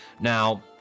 Now